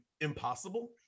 Impossible